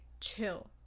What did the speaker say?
chill